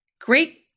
great